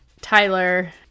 Tyler